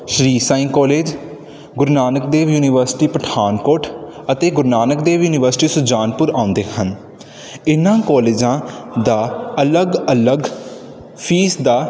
ਸ਼੍ਰੀ Sai college Guru Nanak Dev university Pathankot ਅਤੇ Guru Nanak Dev university Sujanpur ਆਉਂਦੇ ਹਨ ਇਨ੍ਹਾਂ ਕੋਲੇਜਾਂ ਦਾ ਅਲੱਗ ਅਲੱਗ ਫੀਸ ਦਾ